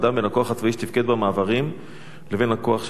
הצבאי שתפקד במעברים לבין הכוח שהחליף אותו?